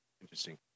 Interesting